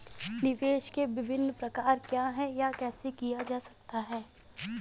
निवेश के विभिन्न प्रकार क्या हैं यह कैसे किया जा सकता है?